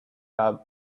have